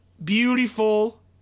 Beautiful